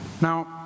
Now